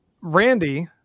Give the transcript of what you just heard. randy